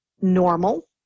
normal